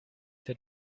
der